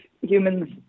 humans